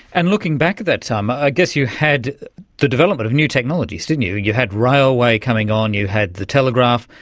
and looking back at that time, i guess you had the development of new technologies, didn't you, you had railway coming on, you had the telegraph,